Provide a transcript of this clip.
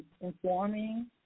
informing